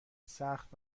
سخت